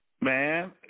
man